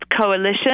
coalition